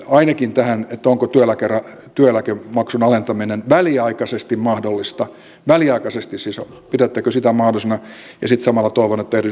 ainakin tähän onko työeläkemaksun työeläkemaksun alentaminen väliaikaisesti mahdollista väliaikaisesti siis pidättekö sitä mahdollisena ja sitten samalla toivon että